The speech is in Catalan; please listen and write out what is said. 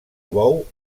bou